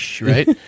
right